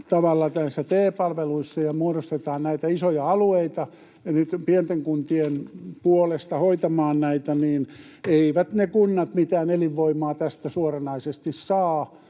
tavalla näissä TE-palveluissa ja muodostetaan näitä isoja alueita niitten pienten kuntien puolesta hoitamaan näitä, niin eivät ne kunnat mitään elinvoimaa tästä suoranaisesti saa.